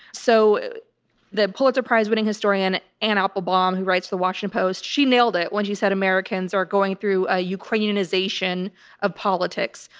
so the pulitzer prize winning historian anne applebaum who writes the washington post, she nailed it when she said americans are going through a ukrainianization of politics.